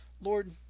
lord